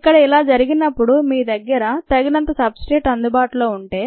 ఇక్కడ ఇలా జరిగినప్పుడు మీ దగ్గర తగినంత సబ్ స్ట్రేట్ అందుబాటులో ఉంటే